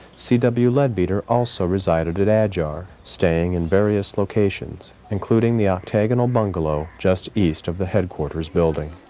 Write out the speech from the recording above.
c. w. leadbeater also resided at adyar, staying in various locations, including the octagonal bungalow, just east of the headquarters building.